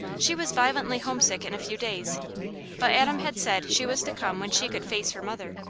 she was violently homesick in a few days but adam had said she was to come when she could face her mother,